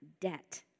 debt